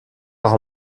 auch